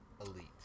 elite